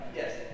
yes